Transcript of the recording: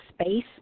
space